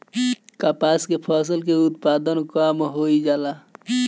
कपास के फसल के उत्पादन कम होइ जाला?